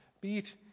beat